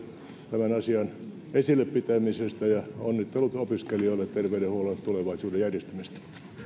tämän asian esillä pitämisestä ja onnittelut opiskelijoille terveydenhuollon tulevaisuuden järjestämisestä